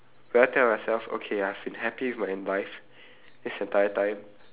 will I tell myself okay I've been happy with my life this entire time